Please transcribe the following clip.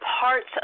parts